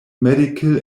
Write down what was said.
medical